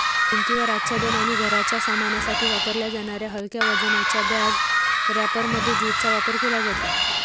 भिंतीवर आच्छादन आणि घराच्या सामानासाठी वापरल्या जाणाऱ्या हलक्या वजनाच्या बॅग रॅपरमध्ये ज्यूटचा वापर केला जातो